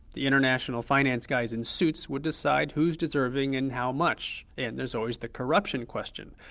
the international finance guys in suits would decide whose deserving and how much. and there's always the corruption question,